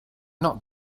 not